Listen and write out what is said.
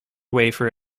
wafer